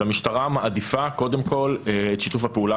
שהמשטרה מעדיפה קודם כל את שיתוף הפעולה